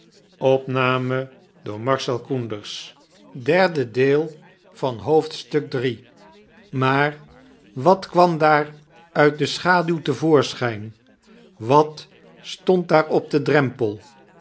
maar wat kwam daar uit de schaduw te voorsohijn wat stond daar op den drempel